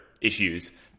issues